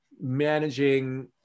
managing